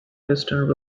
distance